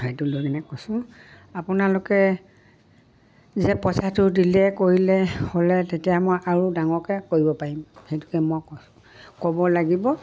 হেইটো লৈ কিনে কৈছোঁ আপোনালোকে যে পইচাটো দিলে কৰিলে হ'লে তেতিয়া মই আৰু ডাঙৰকে কৰিব পাৰিম সেইটোকে মই কৈছো ক'ব লাগিব